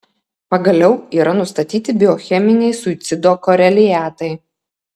pagaliau yra nustatyti biocheminiai suicido koreliatai